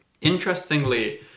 Interestingly